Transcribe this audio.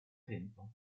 tempo